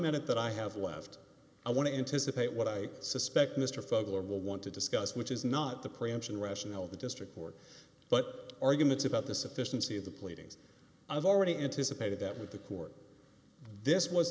minute that i have left i want to anticipate what i suspect mr fogler will want to discuss which is not the preemption rationale of the district court but arguments about the sufficiency of the pleadings i've already anticipated that with the court this was